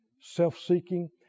self-seeking